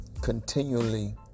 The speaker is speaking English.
continually